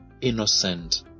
innocent